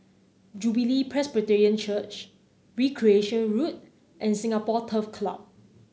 Jubilee Presbyterian Church Recreation Road and Singapore Turf Club